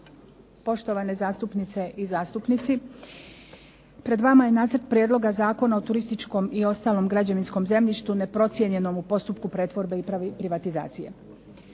godine raspravljao je o Konačnom prijedlogu Zakona o turističkom i ostalom građevinskom zemljištu neprocijenjenom u postupku pretvorbe i privatizacije,